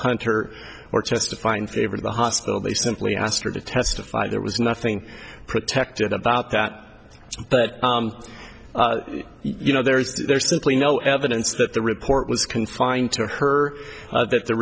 hunter or testify in favor of the hospital they simply asked her to testify there was nothing protected about that but you know there's simply no evidence that the report was confined to her t